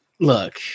look